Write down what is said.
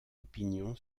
opinion